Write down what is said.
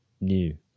new